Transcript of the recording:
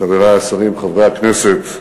חברי השרים, חברי הכנסת,